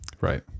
Right